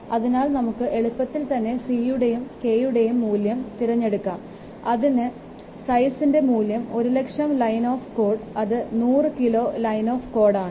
അതിനാൽ നമുക്ക് എളുപ്പത്തിൽ തന്നെ 'c' യുടെയും 'k' യുടെയും മൂല്യം തിരഞ്ഞെടുക്കാം അതിൻറെ സൈസിൻറെ മൂല്യം ഒരു ലക്ഷം ലൈൻസ് ഓഫ് കോഡ് അത് 100 കിലോ ലൈൻസ് ഓഫ് കോഡ്